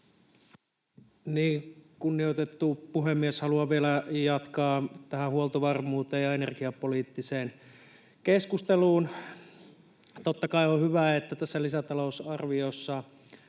Kunnioitettu puhemies! Haluan vielä jatkaa tähän huoltovarmuuteen ja energiapoliittiseen keskusteluun. Totta kai on hyvä, että tässä lisätalousarviossa